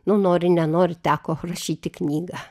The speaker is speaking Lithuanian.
nu nori nenori teko rašyti knygą